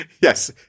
Yes